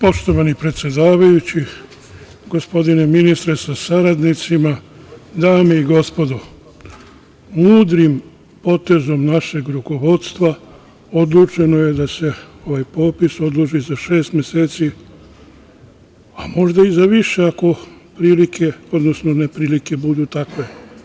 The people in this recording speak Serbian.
Poštovani predsedavajući, gospodine ministre sa saradnicima, dame i gospodo, mudrim potezom našeg rukovodstva odlučeno je da se ovaj popis odloži za šest meseci, a možda i za više ako prilike, odnosno neprilike budu takve.